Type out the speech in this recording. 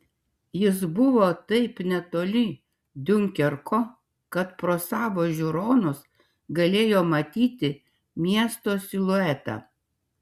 jis buvo taip netoli diunkerko kad pro savo žiūronus galėjo matyti miesto siluetą